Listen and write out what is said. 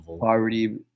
poverty